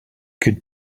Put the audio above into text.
could